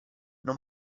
non